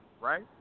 right